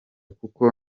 kuko